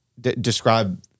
describe